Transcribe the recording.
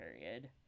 period